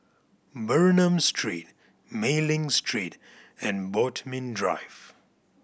Bernam Street Mei Ling Street and Bodmin Drive